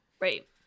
Right